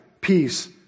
peace